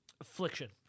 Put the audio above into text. affliction